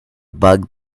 bug